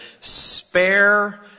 spare